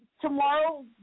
tomorrow